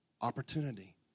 Opportunity